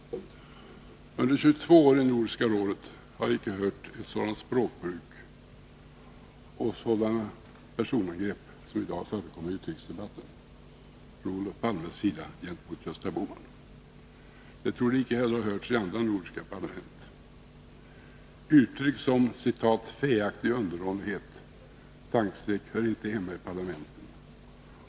Under 22 år i Nordiska rådet har jag icke hört ett sådant språkbruk och sådana personangrepp som i dag förekommit i utrikesdebatten från Olof Palmes sida gentemot Gösta Bohman. Det torde icke heller ha hörts i andra nordiska parlament. Uttryck som ”fäaktig underdånighet” hör inte hemma i parlamenten.